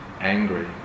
angry